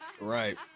right